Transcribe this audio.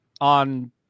on